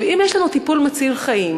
אם יש לנו טיפול מציל חיים,